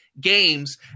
games